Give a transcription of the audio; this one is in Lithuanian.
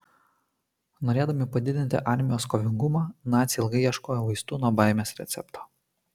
norėdami padidinti armijos kovingumą naciai ilgai ieškojo vaistų nuo baimės recepto